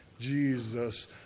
Jesus